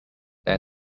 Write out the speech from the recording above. then